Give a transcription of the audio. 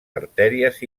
artèries